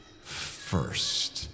first